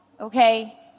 okay